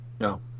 No